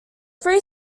three